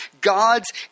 God's